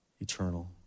Eternal